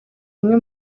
bimwe